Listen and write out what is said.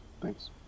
thanks